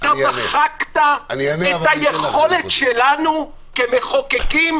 מחקת את היכולת שלנו כמחוקקים,